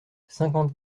cinquante